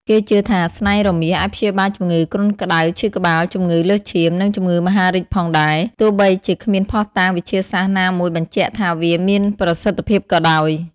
គេជឿថាស្នែងរមាសអាចព្យាបាលជំងឺគ្រុនក្តៅ ឈឺក្បាល ជំងឺលើសឈាម និងជំងឺមហារីកផងដែរ ទោះបីជាគ្មានភស្តុតាងវិទ្យាសាស្ត្រណាមួយបញ្ជាក់ថាវាមានប្រសិទ្ធភាពក៏ដោយ។